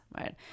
right